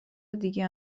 دیگه